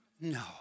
No